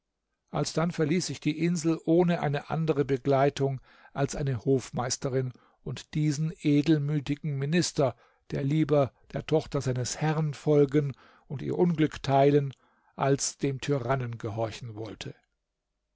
alsdann verließ ich die insel ohne eine andere begleitung als eine hofmeisterin und diesen edelmütigen minister der lieber der tochter seines herrn folgen und ihr unglück teilen als dem tyrannen gehorchen wollte